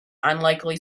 unlikely